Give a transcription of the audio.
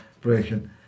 breaking